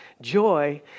Joy